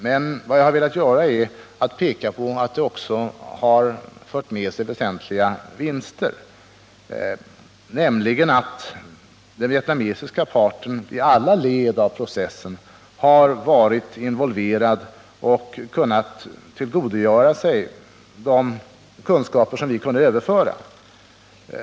Men vad jag har velat göra är att peka på att det också har fört med sig väsentliga vinster, nämligen att den vietnamesiska parten i alla led av processen har varit involverad och kunnat tillgodogöra sig de kunskaper som vi kunde överföra.